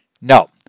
No